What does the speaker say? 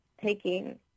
taking